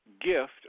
gift